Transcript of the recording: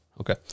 Okay